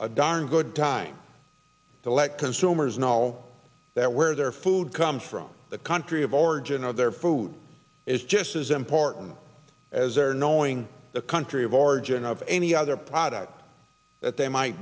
a darn good time to let consumers know that where their food comes from the country of origin of their food is just as important as their knowing the country of origin of any other product that they might